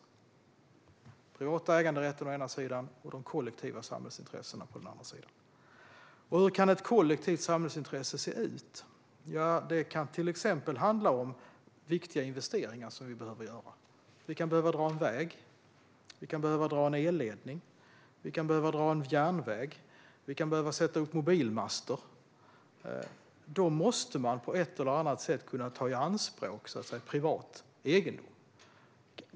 Den privata äganderätten står på ena sidan och de kollektiva samhällsintressena står på den andra. Hur kan då ett kollektivt samhällsintresse se ut? Det kan till exempel handla om viktiga investeringar som vi behöver göra. Vi kan behöva dra en väg eller en elledning. Vi kan behöva dra en järnväg. Vi kan behöva sätta upp mobilmaster. Då måste man på ett eller annat sätt kunna ta i anspråk privat egendom.